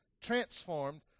transformed